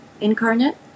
incarnate